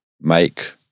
make